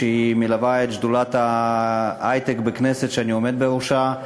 שמלווה את שדולת ההיי-טק בכנסת שאני עומד בראשה,